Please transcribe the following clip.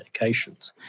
medications